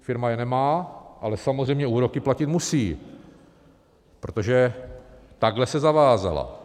Firma je nemá, ale samozřejmě úroky platit musí, protože takhle se zavázala.